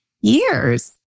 years